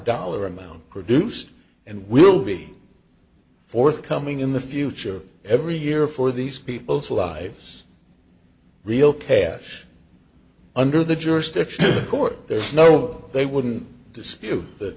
dollar amount produced and will be forthcoming in the future every year for these people's lives real cash under the jurisdiction court there's no they wouldn't dispute that